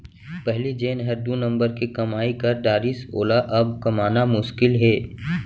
पहिली जेन हर दू नंबर के कमाई कर डारिस वोला अब कमाना मुसकिल हे